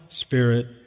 spirit